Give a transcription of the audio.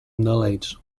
knowledge